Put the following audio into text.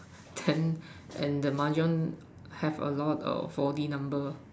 then and the mahjong have a lot of four D number